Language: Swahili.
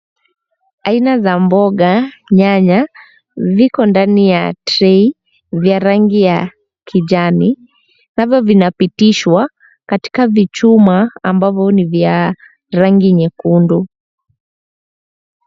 Aina za mboga, nyanya viko ndani ya trai vya rangi ya kijani navyo vinapitishwa katika vichuma ambavyo ni vya rangi nyekundu.